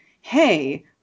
hey